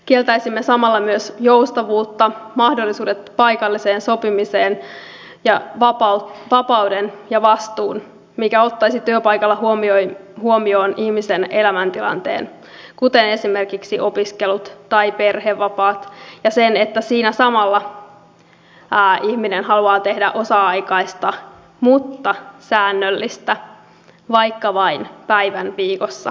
kieltäisimme samalla myös joustavuutta mahdollisuudet paikalliseen sopimiseen ja vapauden ja vastuun mikä ottaisi työpaikalla huomioon ihmisen elämäntilanteen kuten esimerkiksi opiskelut tai perhevapaat ja sen että siinä samalla ihminen haluaa tehdä osa aikaista mutta säännöllistä vaikka vain päivän viikossa työtä